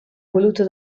voluto